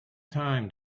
time